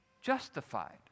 justified